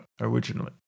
originally